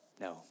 No